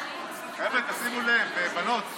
בבקשה להמשיך.